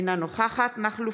אינו נוכח ישראל אייכלר,